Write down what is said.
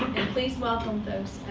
and please welcome, folks,